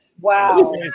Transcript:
Wow